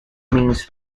means